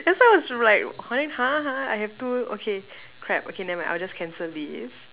that's why I was like going !huh! !huh! I have two okay crap okay never mind I'll just cancel this